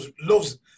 Loves